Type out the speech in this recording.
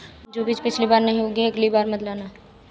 जो बीज पिछली बार नहीं उगे, अगली बार मत लाना